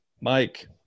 Mike